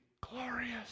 glorious